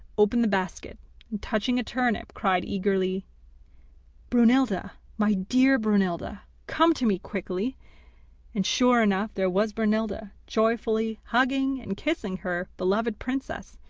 opened the basket, and touching a turnip, cried eagerly brunhilda, my dear brunhilda! come to me quickly and sure enough there was brunhilda, joyfully hugging and kissing her beloved princess,